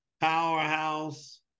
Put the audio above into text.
powerhouse